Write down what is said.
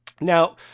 Now